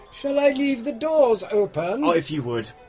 shall i leave the doors open? if you would!